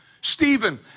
Stephen